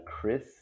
Chris